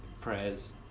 prayers